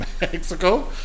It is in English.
Mexico